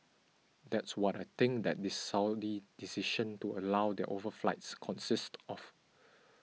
that's what I think that this Saudi decision to allow their overflights consists of